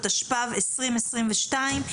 התשפ"ב-2022,